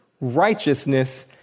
righteousness